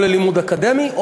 או ללימוד אקדמי,